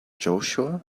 joshua